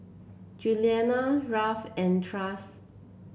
Julianna Ralph and